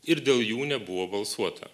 ir dėl jų nebuvo balsuota